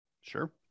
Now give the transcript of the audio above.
Sure